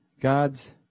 God's